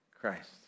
Christ